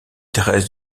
dresse